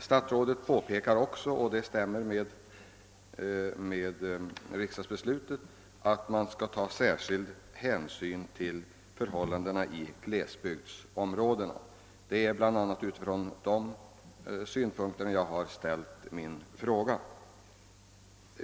Statsrådet påpekar också, och det stämmer med riksdagsbeslutet, att särskild hänsyn skall tas till förhållandena i glesbygdsområden. Det är bl.a. med tanke på sådana förhållanden jag har ställt min fråga.